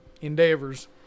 endeavors